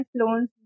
loans